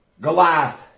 Goliath